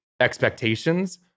expectations